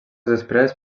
després